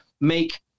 make